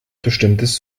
bestimmtes